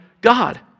God